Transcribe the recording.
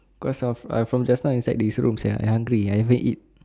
cause of I from just now inside this room sia I hungry I haven't eat